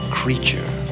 creature